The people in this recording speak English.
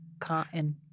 Cotton